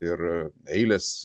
ir eilės